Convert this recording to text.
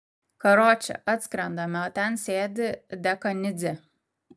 karoče atskrendame o ten sėdi dekanidzė